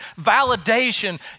validation